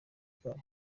kayo